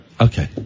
Okay